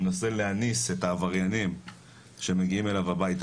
מנסה להניס את העבריינים שמגיעים אליו הביתה,